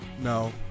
No